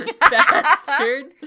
bastard